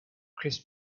chris